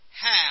half